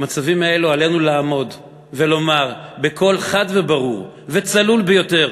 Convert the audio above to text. במצבים האלה עלינו לעמוד ולומר בקול חד וברור וצלול ביותר: